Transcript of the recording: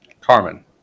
Carmen